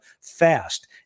fast